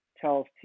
tells